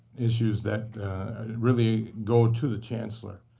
issues that really go to the chancellor.